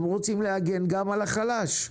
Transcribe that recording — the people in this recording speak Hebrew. הם רוצים להגן גם על החלש.